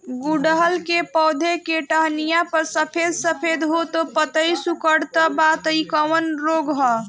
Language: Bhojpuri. गुड़हल के पधौ के टहनियाँ पर सफेद सफेद हो के पतईया सुकुड़त बा इ कवन रोग ह?